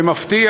במפתיע,